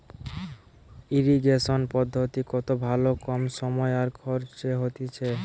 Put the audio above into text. irrigation পদ্ধতি কত ভালো কম সময় আর খরচে হতিছে